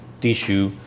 tissue